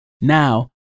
now